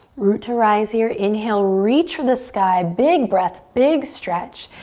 root to rise here. inhale, reach for the sky. big breath, big stretch.